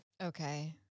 Okay